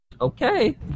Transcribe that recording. okay